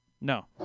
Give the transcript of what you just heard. No